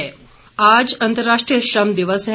श्रम दिवस आज अंतर्राष्ट्रीय श्रम दिवस है